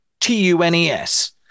T-U-N-E-S